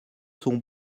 sont